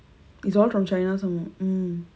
it's all from china some more mm